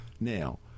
Now